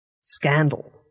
scandal